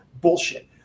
bullshit